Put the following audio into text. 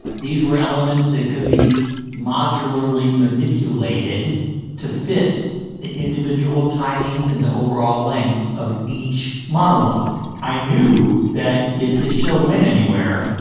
these were elements that could be modularly manipulated to fit the individual timings and the overall length of each monologue. i knew that if this show went anywhere,